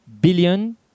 billion